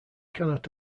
cannot